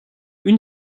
une